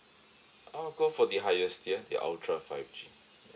I would go for the highest tier the ultra five G